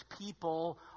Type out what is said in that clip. people